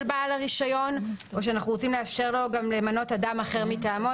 בעל רישיון או שאנחנו רוצים גם לאפשר לו למנות גם אדם אחר מטעמו?